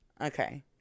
Okay